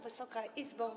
Wysoka Izbo!